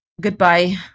Goodbye